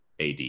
AD